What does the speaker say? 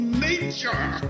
nature